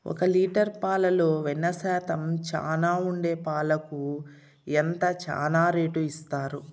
ఒక లీటర్ పాలలో వెన్న శాతం చానా ఉండే పాలకు ఎంత చానా రేటు ఇస్తారు?